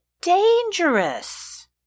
dangerous